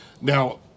Now